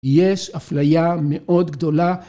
יש אפליה מאוד גדולה.